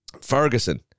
Ferguson